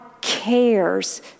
cares